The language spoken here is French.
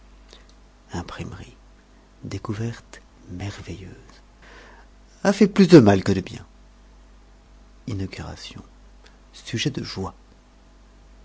imprimerie découverte merveilleuse a fait plus de mal que de bien inauguration sujet de joie